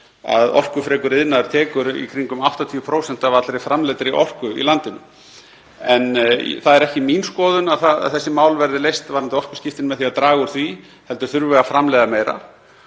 að orkufrekur iðnaður tekur í kringum 80% af allri framleiddri orku í landinu. En það er ekki mín skoðun að þessi mál verði leyst varðandi orkuskiptin með því að draga úr því heldur þurfum við að framleiða meira.